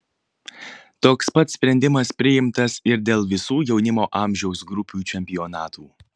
toks pat sprendimas priimtas ir dėl visų jaunimo amžiaus grupių čempionatų